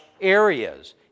areas